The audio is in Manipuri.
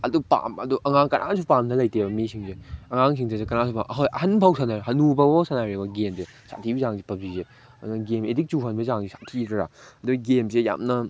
ꯑꯗꯨ ꯄꯥꯝꯕꯗꯨ ꯑꯉꯥꯡ ꯀꯅꯥꯁꯨ ꯄꯥꯝꯗꯕ ꯂꯩꯇꯦꯕ ꯃꯤꯁꯤꯡꯁꯦ ꯑꯉꯥꯡꯁꯤꯡꯗꯁꯨ ꯀꯅꯥꯁꯨ ꯍꯣꯏ ꯑꯍꯟ ꯐꯥꯎ ꯁꯥꯟꯅꯔꯦ ꯍꯅꯨꯕ ꯐꯥꯎ ꯁꯥꯟꯅꯔꯦꯀꯣ ꯒꯦꯝꯁꯦ ꯁꯥꯊꯤꯕꯒꯤ ꯆꯥꯡꯁꯦ ꯄꯞꯖꯤꯁꯦ ꯑꯗꯨꯅ ꯒꯦꯝ ꯑꯦꯗꯤꯛ ꯆꯨꯍꯟꯕꯒꯤ ꯆꯥꯡꯁꯦ ꯁꯥꯊꯤꯗ꯭ꯔꯥ ꯑꯗꯨꯒ ꯒꯦꯝꯁꯦ ꯌꯥꯝꯅ